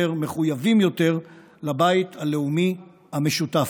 ומחויבים יותר לבית הלאומי המשותף.